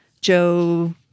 Joe